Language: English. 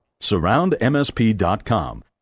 SurroundMSP.com